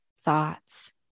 thoughts